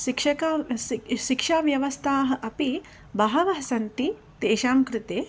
शिक्षकाः शिक्षा शिक्षाव्यवस्थाः अपि बहवः सन्ति तेषां कृते